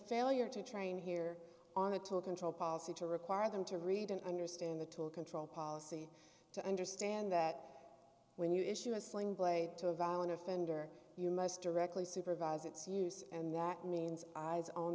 failure to train here on a tool control policy to require them to read and understand the tool control policy to understand that when you issue a sling blade to a violent offender you must directly supervise its use and that means